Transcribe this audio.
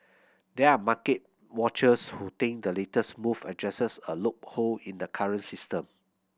there are market watchers who think the latest move addresses a loophole in the current system